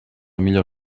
millor